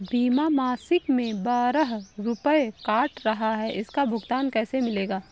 बीमा मासिक में बारह रुपय काट रहा है इसका भुगतान कैसे मिलेगा?